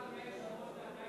לא נעשה שום הסכם בינתיים.